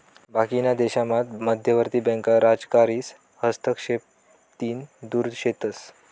बाकीना देशामात मध्यवर्ती बँका राजकारीस हस्तक्षेपतीन दुर शेतस